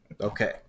Okay